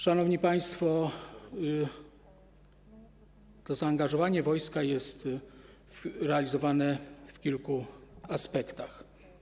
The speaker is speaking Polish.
Szanowni państwo, to zaangażowanie wojska jest realizowane w kilku aspektach.